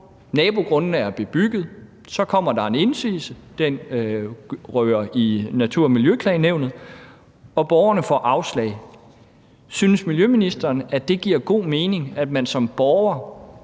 nabogrundene er bebygget – og så kommer der en indsigelse, og den ryger i Natur- og Miljøklagenævnet, og borgerne får afslag? Synes miljøministeren, at det giver god mening, at man som borger